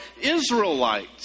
Israelites